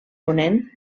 ponent